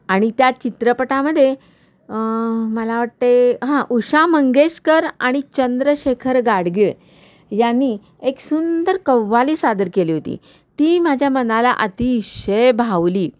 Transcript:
आणि त्या चित्रपटामध्ये मला वाटते हां उषा मंगेशकर आणि चंद्रशेखर गाडगीळ यांनी एक सुंदर कव्वाली सादर केली होती ती माझ्या मनाला अतिशय भावली